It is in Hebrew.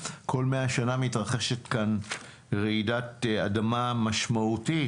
כל 100 שנה מתרחשת כאן רעידת אדמה משמעותית.